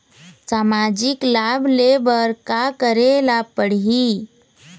सामाजिक लाभ ले बर का करे ला पड़ही?